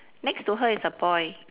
next to her is a boy